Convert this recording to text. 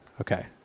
Okay